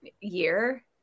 year